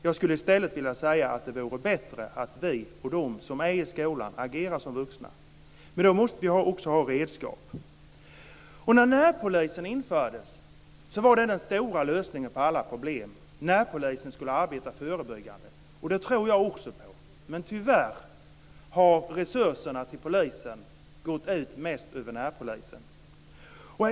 Jag skulle i stället vilja säga att det vore bättre att vi och de som är i skolan agerar som vuxna. Men då måste vi också ha redskap. När närpolisen infördes var det den stora lösningen på alla problem: närpolisen skulle arbeta förebyggande. Det tror jag också på. Men tyvärr har resurserna till polisen mest gått ut över närpolisen.